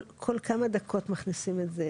כל כמה דקות מכניסים את זה?